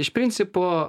iš principo